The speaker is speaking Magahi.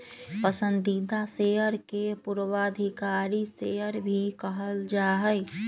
पसंदीदा शेयर के पूर्वाधिकारी शेयर भी कहल जा हई